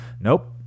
Nope